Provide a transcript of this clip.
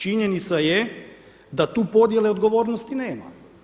Činjenica je da tu podjele i odgovornosti nema.